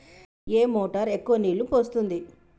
ఏ motor ఎక్కువ నీళ్లు పోస్తుంది?